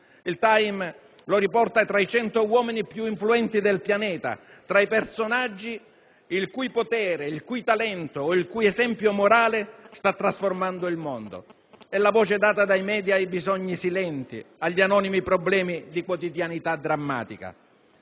Il «*Time*» lo riporta tra i 100 uomini più influenti del pianeta, tra i personaggi il cui potere, il cui talento o il cui esempio morale sta trasformando il mondo. È la voce data dai *media* ai bisogni silenti, agli anonimi problemi di quotidianità drammatica.